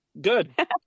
Good